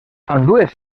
ambdues